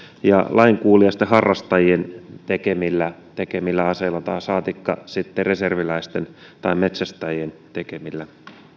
ja lainkuuliaisten harrastajien tekemillä tekemillä aseilla saatikka sitten reserviläisten tai metsästäjien tekemillä